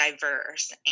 diverse